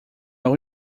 leur